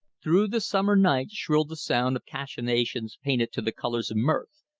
through the summer night shrilled the sound of cachinations painted to the colors of mirth.